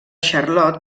charlotte